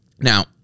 Now